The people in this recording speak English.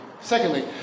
Secondly